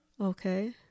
Okay